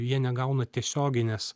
jie negauna tiesioginės